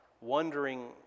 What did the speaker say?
wondering